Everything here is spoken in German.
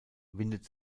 windet